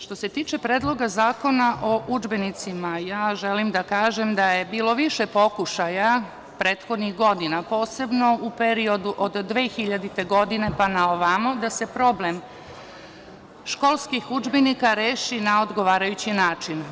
Što se tiče predloga zakona o udžbenicima, ja želim da kažem da je bilo više pokušaja prethodnih godina, posebno u periodu od 2000. godine, pa na ovamo, da se problem školskih udžbenika reši na odgovarajući način.